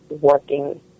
working